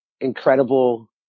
incredible